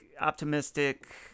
optimistic